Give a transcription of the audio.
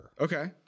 Okay